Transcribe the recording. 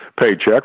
paycheck